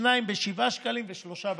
שניים בשבעה שקלים ושלושה,